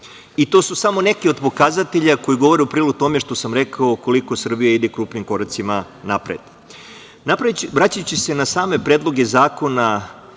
To su samo neki od pokazatelja koji govore u prilog tome što sam rekao koliko Srbija ide krupnim koracima napred. Vraćajući se na same predloge zakona